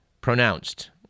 pronounced